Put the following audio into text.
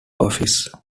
office